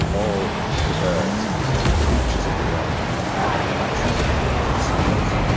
all the birds and creatures of the world are and unutterably themselves.